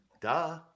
Duh